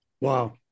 Wow